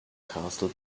castle